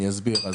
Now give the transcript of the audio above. אני אסביר.